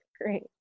Great